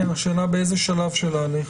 תלוי באיזה שלב של ההליך.